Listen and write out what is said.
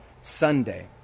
Sunday